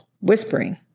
whispering